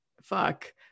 fuck